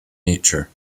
nature